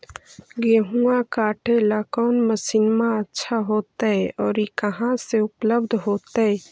गेहुआ काटेला कौन मशीनमा अच्छा होतई और ई कहा से उपल्ब्ध होतई?